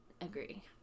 agree